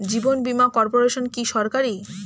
জীবন বীমা কর্পোরেশন কি সরকারি?